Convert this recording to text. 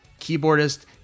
keyboardist